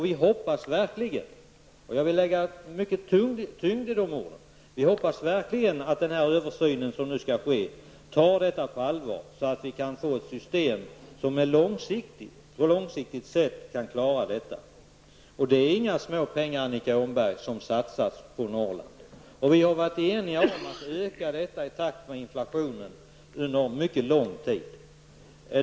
Vi hoppas verkligen -- jag vill lägga mycket tyngd i de orden -- att den översyn som nu skall göras tar detta på allvar så att vi kan få ett system som långsiktigt kan klara detta. Det är inga små summor, Annika Åhnberg, som satsas på Norrland. Vi har varit eniga om att öka detta i takt med inflationen under mycket lång tid.